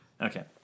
Okay